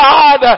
God